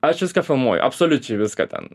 aš viską filmuoju absoliučiai viską ten